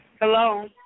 hello